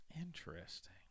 Interesting